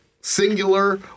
singular